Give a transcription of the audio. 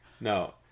No